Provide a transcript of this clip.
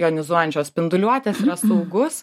jonizuojančios spinduliuotės yra saugus